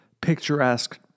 picturesque